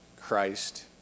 christ